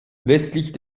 westlich